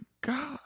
God